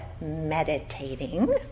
meditating